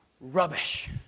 rubbish